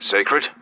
Sacred